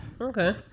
Okay